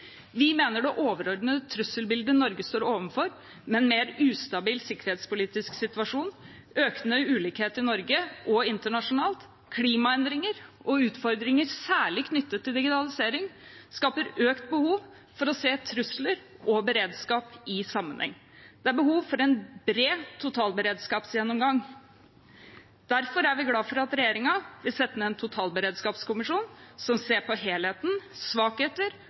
Vi mener det overordnede trusselbildet Norge står overfor, med en mer ustabil sikkerhetspolitisk situasjon, økende ulikhet i Norge og internasjonalt, klimaendringer og utfordringer særlig knyttet til digitalisering, skaper økt behov for å se trusler og beredskap i sammenheng. Det er behov for en bred totalberedskapsgjennomgang. Derfor er vi glad for at regjeringen vil sette ned en totalberedskapskommisjon som skal se på helheten, svakheter